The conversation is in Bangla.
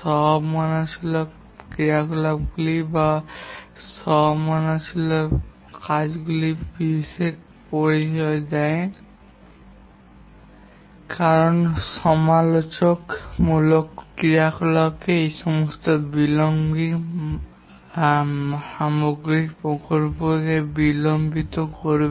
সমালোচনামূলক ক্রিয়াকলাপগুলি বা সমালোচনামূলক কাজগুলিতে বিশেষ মনোযোগ দেন কারণ সমালোচনামূলক ক্রিয়াকলাপে যে কোনও বিলম্ব সামগ্রিক প্রকল্পকে বিলম্বিত করবে